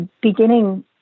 Beginning